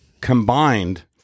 combined